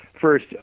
First